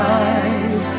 eyes